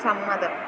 സമ്മതം